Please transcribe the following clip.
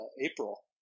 April